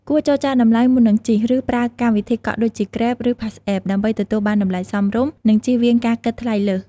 គួរចរចាតម្លៃមុននឹងជិះ ឬប្រើកម្មវិធីកក់ ដូចជា Grab ឬ PassApp ដើម្បីទទួលបានតម្លៃសមរម្យ និងជៀសវាងការគិតថ្លៃលើស។